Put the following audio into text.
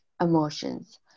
emotions